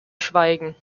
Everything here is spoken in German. schweigen